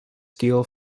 steel